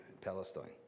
Palestine